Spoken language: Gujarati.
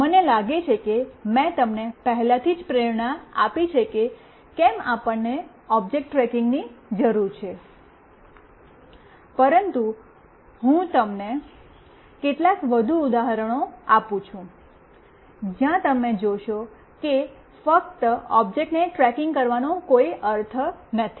મને લાગે છે કે મેં તમને પહેલેથી જ પ્રેરણા આપી છે કે કેમ આપણને ઓબ્જેક્ટ ટ્રેકિંગની જરૂર છે પરંતુ હું તમને કેટલાક વધુ ઉદાહરણો આપું છું જ્યાં તમે જોશો કે ફક્ત ઓબ્જેક્ટને ટ્રેકિંગ કરવાથી કોઈ અર્થ નથી